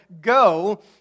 go